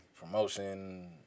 promotion